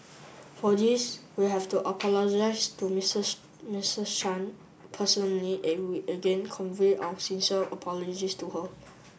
for this we have to apologised to Mrs Mrs Chan personally and we again convey our sincere apologies to her